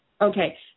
Okay